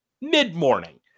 mid-morning